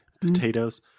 Potatoes